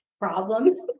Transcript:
problems